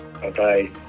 Bye-bye